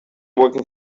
working